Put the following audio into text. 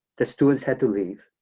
that students had to leave.